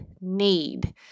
need